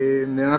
הם לא מאשרים.